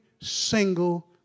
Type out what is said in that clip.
single